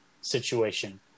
situation